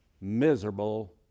miserable